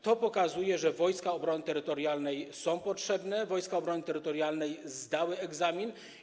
To pokazuje, że Wojska Obrony Terytorialnej są potrzebne, że Wojska Obrony Terytorialnej zdały egzamin.